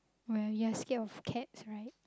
well you're scared of cats right